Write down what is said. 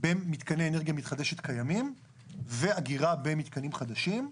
בין מתקני אנרגיה מתחדשת קיימים ואגירה במתקנים חדשים.